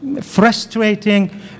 frustrating